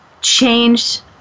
changed